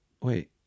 wait